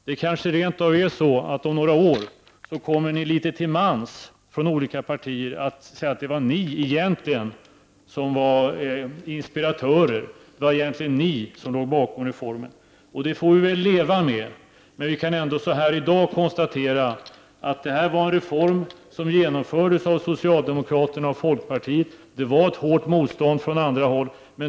Det kanske rent av är så att om några år kommer ni litet till mans från olika partier att säga att det var ni som var inspiratörer, att det egentligen var ni som låg bakom reformen. Det får vi väl leva med, men vi kan ändå i dag konstatera att reformen genomfördes av socialdemokraterna och folkpartiet under hårt motstånd från andra håll.